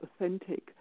authentic